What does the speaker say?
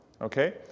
okay